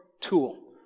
tool